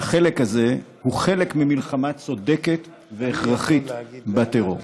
והחלק הזה הוא חלק ממלחמה צודקת והכרחית בטרור.